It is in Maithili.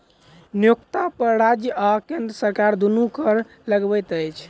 नियोक्ता पर राज्य आ केंद्र सरकार दुनू कर लगबैत अछि